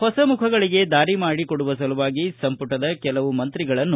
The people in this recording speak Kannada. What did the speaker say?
ಹೊಸ ಮುಖಗಳಿಗೆ ದಾರಿ ಮಾಡಿಕೊಡುವ ಸಲುವಾಗಿ ಸಂಪುಟದ ಕೆಲವು ಮಂತ್ರಿಗಳನ್ನು